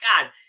God